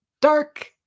dark